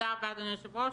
תודה רבה, אדוני היושב-ראש.